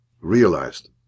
realized